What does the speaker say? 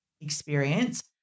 experience